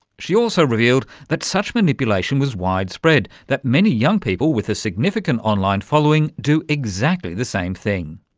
she also revealed that such manipulation was widespread. that many young people with a significant online following do exactly the same thing.